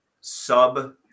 sub